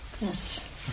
Yes